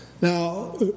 now